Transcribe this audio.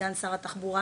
סגן שר התחבורה,